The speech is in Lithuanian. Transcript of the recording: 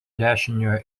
dešiniojo